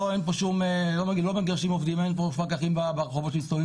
לא מגרשים עובדים ואין פה פקחים שמסתובבים